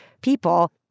people